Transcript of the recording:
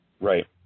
Right